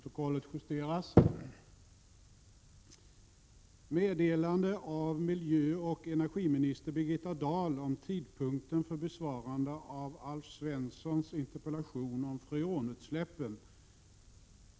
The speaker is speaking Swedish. Herr talman! Alf Svensson har inkommit med en interpellation, 1987/88:87, om freonutsläppen.